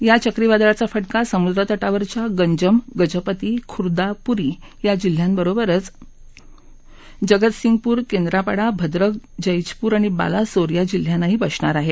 या चक्रीवादाळाचा फटका समुद्र तटावरच्या गंजम गजपती खुरदा पुरी या जिल्ह्यांबरोबर जगतसिंगपूर केंद्रापाडा भद्रक जैजपूर आणि बालासोर या जिल्ह्यांनाही बसणार आहे